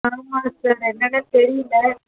ஆமாம் சார் என்னன்னே தெரியிலை